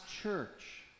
church